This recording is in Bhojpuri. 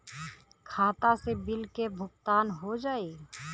खाता से बिल के भुगतान हो जाई?